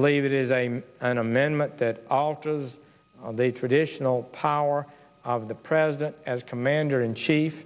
believe it is a an amendment that alters the traditional power of the president as commander in chief